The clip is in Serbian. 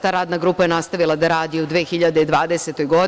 Ta Radna grupa je nastavila da radi i u 2020. godini.